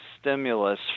stimulus